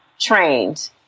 trained